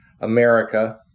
America